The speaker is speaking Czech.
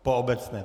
Po obecné.